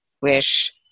wish